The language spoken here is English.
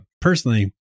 personally